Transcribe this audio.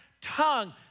tongue